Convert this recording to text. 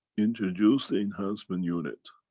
introduced the enhancement unit.